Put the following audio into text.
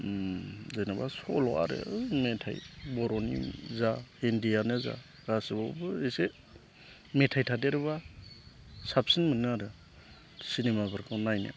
जेन'बा सल' आरो मेथाइ बर'नि जा हिन्दीआनो जा गासैआवबो एसे मेथाइ थादेरोब्ला साबसिन मोनो आरो सिनेमाफोरखौ नायनो